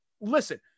Listen